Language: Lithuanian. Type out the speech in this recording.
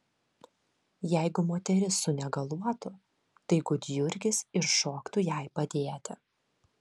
jeigu moteris sunegaluotų tai gudjurgis ir šoktų jai padėti